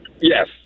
Yes